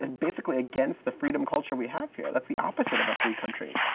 and basically against the freedom culture we have here. that's the opposite of a free country.